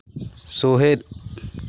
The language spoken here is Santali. ᱥᱚᱦᱮᱫ